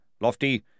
Lofty